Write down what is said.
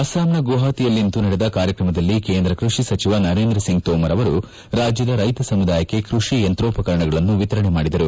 ಅಸ್ಸಾಂನ ಗುವಾಹಟಿಯಲ್ಲಿಂದು ನಡೆದ ಕಾರ್ಯಕ್ರಮದಲ್ಲಿ ಕೇಂದ್ರ ಕೈಷಿ ಸಚಿವ ನರೇಂದ್ರಸಿಂಗ್ ತೋಮರ್ ಅವರು ರಾಜ್ಯದ ರ್ಲೆತ ಸಮುದಾಯಕ್ಕೆ ಕೃಷಿ ಯಂತ್ರೋಪಕರಣಗಳನ್ನು ವಿತರಣೆ ಮಾಡಿದರು